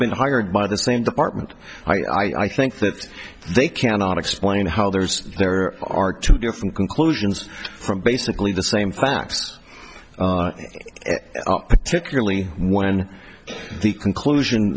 been hired by the same department i think that they cannot explain how there's there are two different conclusions from basically the same facts typically when the conclusion